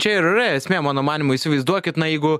čia ir yra esmė mano manymu įsivaizduokit na jeigu